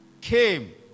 came